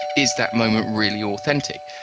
is that moment really authentic?